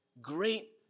great